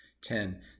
Ten